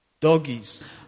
doggies